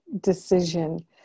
decision